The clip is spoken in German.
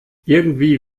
irgendwie